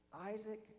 Isaac